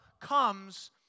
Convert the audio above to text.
comes